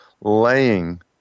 laying